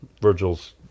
Virgil's